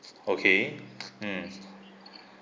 okay mm